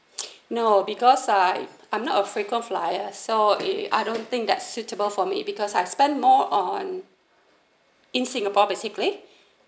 no because I I'm not a frequent flyers so it I don't think that's suitable for me because I spend more on in singapore basically